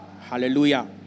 Hallelujah